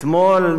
אתמול,